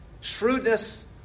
shrewdness